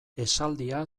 esaldia